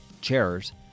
chairs